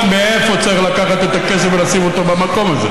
מאיפה צריך לקחת את הכסף ולשים אותו במקום הזה,